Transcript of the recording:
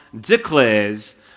declares